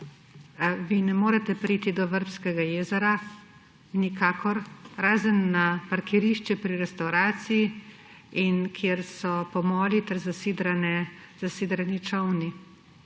ne morete priti do Vrbskega jezera, razen na parkirišče pri restavraciji in kjer so pomoli ter zasidrani čolni.